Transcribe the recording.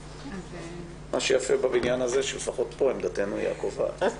מה שיפה בבניין הזה שלפחות פה עמדתנו היא הקובעת.